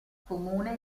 comune